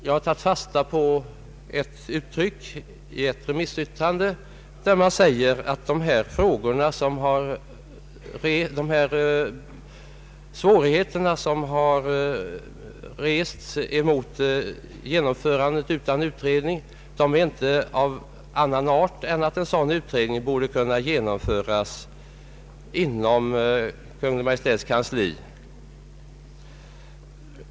Jag har tagit fasta på ett uttryck i ett remissyttrande, där det sägs att de svårigheter som har rests mot genomförandet utan föregående utredning inte är av annan art än att en utredning borde kunna genomföras inom Kungl. Maj:ts kansli.